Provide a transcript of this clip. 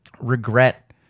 regret